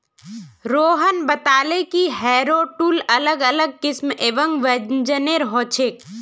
रोहन बताले कि harrow tool अलग अलग किस्म एवं वजनेर ह छे